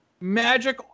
Magic